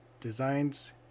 Designs